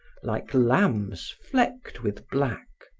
like lambs flecked with black.